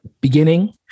beginning